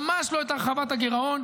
ממש לא את הרחבת הגירעון,